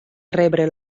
rebre